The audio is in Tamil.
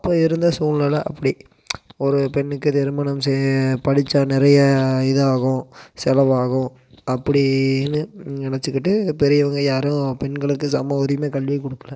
அப்போ இருந்த சூழ்நில அப்படி ஒரு பெண்ணுக்கு திருமணம் செய்ய படிச்சால் நிறைய இதாகும் செலவாகும் அப்படின்னு நினச்சிக்கிட்டு பெரியவங்க யாரும் பெண்களுக்கு சமஉரிமை கல்வி கொடுக்கல